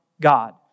God